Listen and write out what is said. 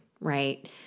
right